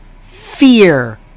fear